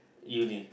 uni